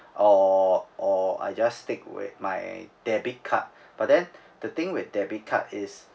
or or I just stick with my debit card but then the thing with debit card is